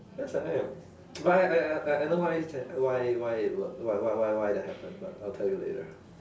yes I am but I I I I I know why that why why it worked why why why why that happened but I'll tell you later